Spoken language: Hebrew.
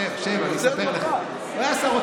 שב, שב, אני אספר לך.